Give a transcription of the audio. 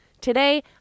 Today